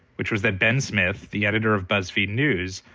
which was that ben smith, the editor of buzzfeed news,